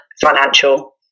financial